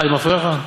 אני מפריע לך?